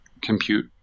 compute